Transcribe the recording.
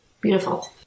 beautiful